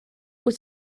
wyt